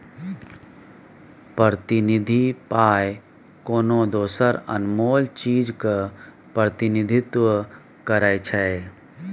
प्रतिनिधि पाइ कोनो दोसर अनमोल चीजक प्रतिनिधित्व करै छै